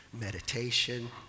meditation